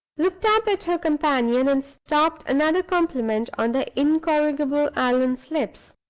looked up at her companion, and stopped another compliment on the incorrigible allan's lips.